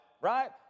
right